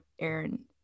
Aaron